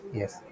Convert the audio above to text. yes